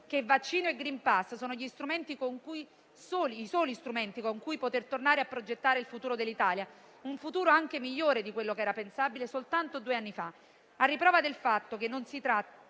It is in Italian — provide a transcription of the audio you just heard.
che vaccino e *green pass* sono i soli strumenti con cui poter tornare a progettare il futuro dell'Italia (un futuro anche migliore di quello che era pensabile soltanto due anni fa).